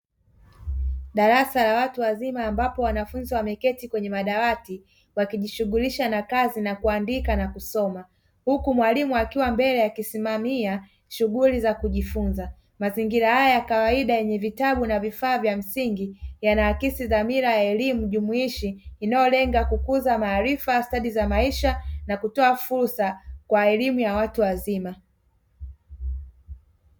Darasa la watu wazima ambapo wanafunzi wameketi kwenye madawati wakijishughulisha na kazi na kuandika na kusoma huku mwalimu akiwa mbele akisimamia shughuli za kujifunza, mazingira haya ya kawaida yenye vitabu na vifaa vya msingi yanaakisi dhamira ya elimu jumuishi inayolenga kukuza maarifa stadi za maisha na kutoa fursa kwa elimu ya watu wazima.